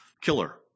killer